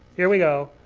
here we go.